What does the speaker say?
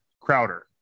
Crowder